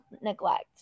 neglect